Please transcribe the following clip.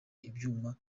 ibyuma